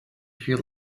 feel